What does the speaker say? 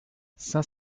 cinq